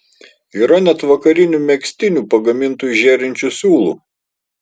yra net vakarinių megztinių pagamintų iš žėrinčių siūlų